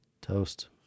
Toast